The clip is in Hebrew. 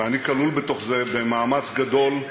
ואני כלול בתוך זה, במאמץ גדול,